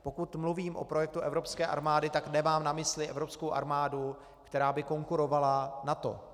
Pokud mluvím o projektu evropské armády, tak nemám na mysli evropskou armádu, která by konkurovala NATO.